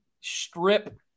strip